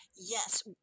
Yes